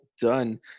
done